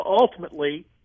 Ultimately